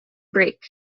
break